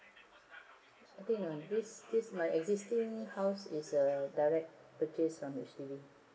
I think uh this this my existing house is a direct purchase from H_D_B